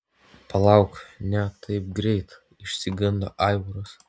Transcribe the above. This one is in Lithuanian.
palauk ne taip greit išsigando aivaras